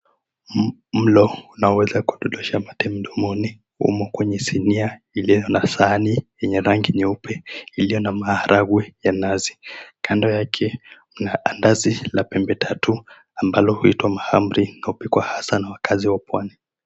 Mlo unaweza kuondosha mate mdomoni umo kwenye sinia iliyo na sahani yenye rangi nyeupe iliyo na maharage ya nazi. Kando yake mna andazi la pembe tatu ambalo huitwa mahamri na hupikwa hasa na wakazi wa Pwani.